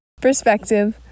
perspective